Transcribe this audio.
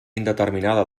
indeterminada